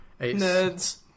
Nerds